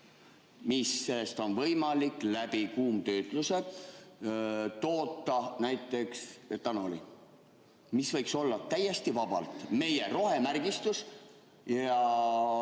millest on võimalik kuumtöötlusega toota näiteks etanooli, mis võiks olla täiesti vabalt meie rohemärgistus ja